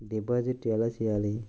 Deposit ఎలా చెయ్యాలి?